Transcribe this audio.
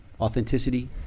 authenticity